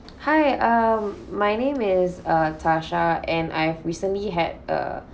hi um my name is uh tasha and I've recently had a